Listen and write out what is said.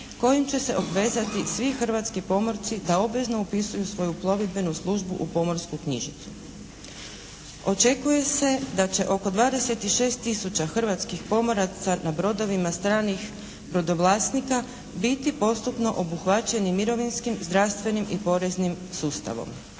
kojim će se obvezati svi hrvatski pomorci da obvezno upisuju svoju plovidbenu službu u Pomorsku knjižicu. Očekuje se da će oko 26 tisuća hrvatskih pomoraca na brodovima stranih brodovlasnika biti postupno obuhvaćeni mirovinskim, zdravstvenim i poreznim sustavom.